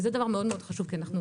זה מאוד חשוב כי למשל,